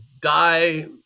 die